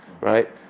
right